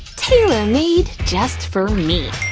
tailor made just for me.